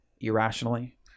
irrationally